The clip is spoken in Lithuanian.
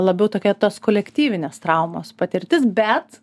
labiau tokia tos kolektyvinės traumos patirtis bet